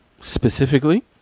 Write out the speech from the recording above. specifically